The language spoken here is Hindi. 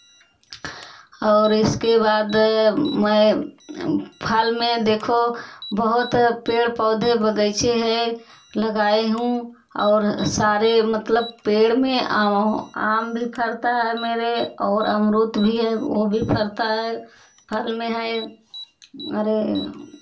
और इसके बाद में फल में देखो बहुत पेड़ पौधे बगीचे हैं लगाए हूँ और सारे मतलब पेड़ में आम वह आम भी फरता है मेरे और अमरूत भी है वह भी फलता है फल में है मेरे